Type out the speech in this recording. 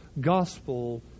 gospel